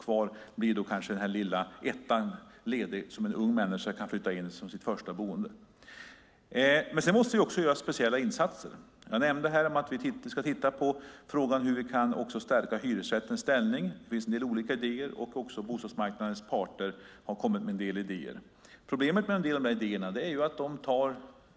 Kvar blir då kanske den lilla ettan ledig, som en ung människa kan flytta in i som sitt första boende. Sedan måste det också göras speciella insatser. Jag nämnde att vi ska titta på frågan hur vi kan stärka hyresrättens ställning. Det finns en del olika idéer, och även bostadsmarknadens parter har kommit med en del idéer. Problemet med en del av de idéerna är att